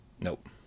nope